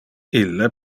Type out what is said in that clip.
ille